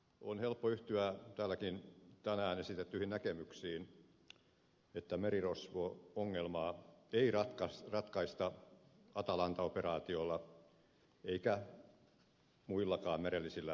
on helppo yhtyä täälläkin tänään esitettyihin näkemyksiin että merirosvo ongelmaa ei ratkaista atalanta operaatiolla eikä muillakaan merellisillä toimilla